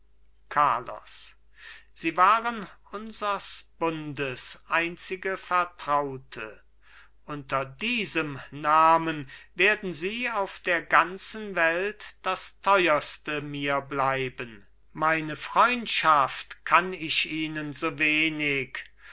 carlos sie waren unsers bundes einzige vertraute unter diesem namen werden sie auf der ganzen welt das teuerste mir bleiben meine freundschaft kann ich ihnen so wenig